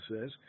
says